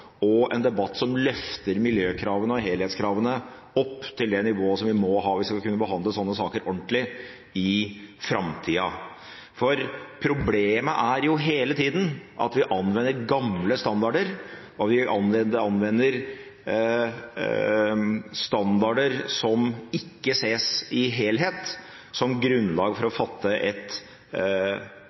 og en debatt som løfter miljøkravene og helhetskravene opp til det nivået som vi må ha hvis vi skal behandle slike saker ordentlig i framtida. Problemet er jo hele tida at vi anvender gamle standarder. Vi anvender standarder som ikke ses i helhet, som grunnlag for å fatte et